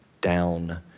down